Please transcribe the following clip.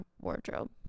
wardrobe